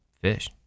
fish